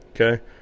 Okay